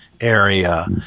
area